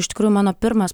iš tikrųjų mano pirmas